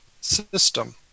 system